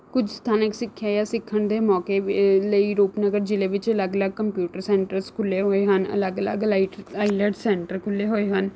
ਕੁਝ ਸਥਾਨਕ ਸਿੱਖਿਆ ਜਾਂ ਸਿੱਖਣ ਦੇ ਮੌਕੇ ਲਈ ਰੂਪਨਗਰ ਜ਼ਿਲ੍ਹੇ ਵਿੱਚ ਅਲੱਗ ਅਲੱਗ ਕੰਪਿਊਟਰ ਸੈਂਟਰਸ ਖੁੱਲ੍ਹੇ ਹੋਏ ਹਨ ਅਲੱਗ ਅਲੱਗ ਲਾਈਟ ਆਈਲੈਟਸ ਸੈਂਟਰ ਖੁੱਲ੍ਹੇ ਹੋਏ ਹਨ